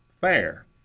Fair